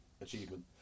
achievement